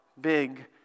big